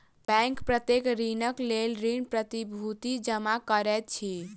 bank प्रत्येक ऋणक लेल ऋण प्रतिभूति जमा करैत अछि